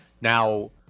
Now